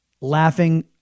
Laughing